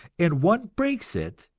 and one breaks it,